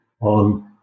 on